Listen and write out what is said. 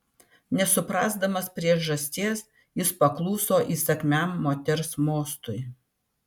nesuprasdamas priežasties jis pakluso įsakmiam moters mostui